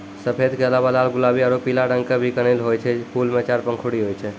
सफेद के अलावा लाल गुलाबी आरो पीला रंग के भी कनेल होय छै, फूल मॅ चार पंखुड़ी होय छै